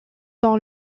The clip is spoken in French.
dans